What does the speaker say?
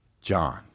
John